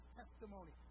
testimony